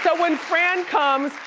when fran comes,